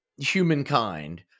humankind